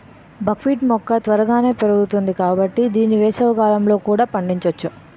బక్ wheat మొక్క త్వరగానే పెరుగుతుంది కాబట్టి దీన్ని వేసవికాలంలో కూడా పండించొచ్చు